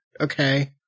okay